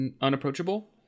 unapproachable